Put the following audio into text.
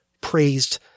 praised